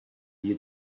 you